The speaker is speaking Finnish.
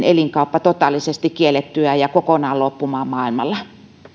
elinkaupan totaalisesti kiellettyä ja kokonaan loppumaan maailmalla